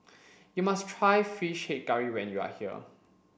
you must try fish head curry when you are here